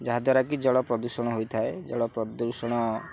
ଯାହାଦ୍ୱାରା କି ଜଳ ପ୍ରଦୂଷଣ ହୋଇଥାଏ ଜଳ ପ୍ରଦୂଷଣ